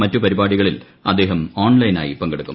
മറ്റ് പരിപാടികളിൽ അദ്ദേഹം ഓൺലൈനായി പങ്കെടുക്കും